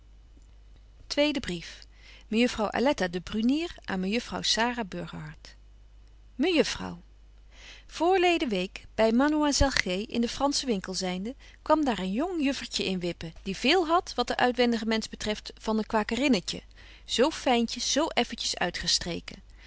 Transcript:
tweede brief mejuffrouw aletta de brunier aan mejuffrouw sara burgerhart mejuffrouw voorleden week by mademoiselle g in den franschen winkel zynde kwam daar een jong juffertje in wippen die veel hadt wat den uitwendigen mensch betreft van een kwakerinnetje zo fyntjes zo effentjes uitgestreken